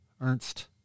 Ernst